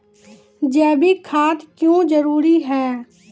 जैविक खाद क्यो जरूरी हैं?